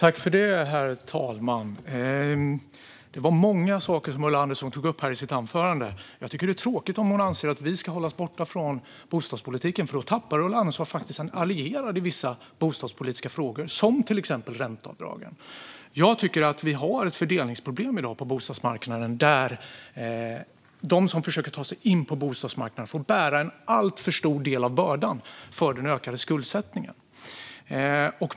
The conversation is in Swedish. Herr talman! Ulla Andersson tog upp många saker i sitt anförande. Jag tycker att det är tråkigt om hon anser att vi ska hållas borta från bostadspolitiken, eftersom hon då faktiskt tappar en allierad i vissa bostadspolitiska frågor. Det gäller till exempel ränteavdragen. Jag tycker att vi har ett fördelningsproblem på bostadsmarknaden i dag, där de som försöker ta sig in på bostadsmarknaden får bära en alltför stor del av bördan för den ökade skuldsättningen.